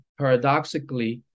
paradoxically